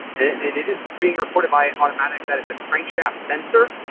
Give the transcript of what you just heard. it it is being reported by automatic that it's a crank shaft sensor.